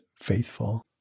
faithful